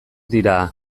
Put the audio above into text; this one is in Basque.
dira